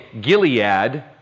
Gilead